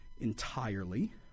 entirely